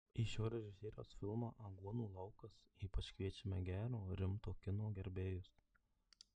į šio režisieriaus filmą aguonų laukas ypač kviečiame gero rimto kino gerbėjus